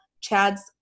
Chad's